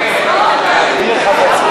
את החרדים לכלא,